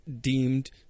deemed